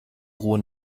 ruhe